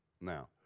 Now